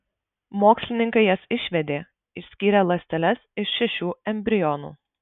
mokslininkai jas išvedė išskyrę ląsteles iš šešių embrionų